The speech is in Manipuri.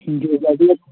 ꯁꯤꯡꯖꯨꯒꯗꯤ